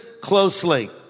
closely